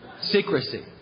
Secrecy